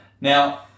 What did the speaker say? Now